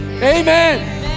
Amen